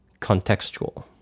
contextual